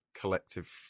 collective